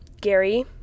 Gary